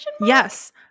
Yes